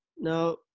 Now